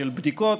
של בדיקות,